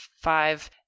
five